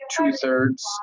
two-thirds